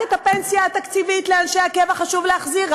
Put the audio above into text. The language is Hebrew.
רק את הפנסיה התקציבית לאנשי הקבע חשוב להחזיר?